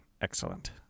excellent